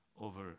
over